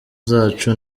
zacu